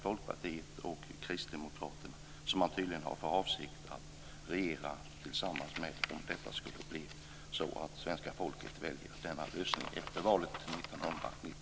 Folkpartiet och Kristdemokraterna, som man tydligen har för avsikt att regera tillsammans med om svenska folket väljer den lösningen vid valet